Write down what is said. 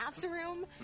bathroom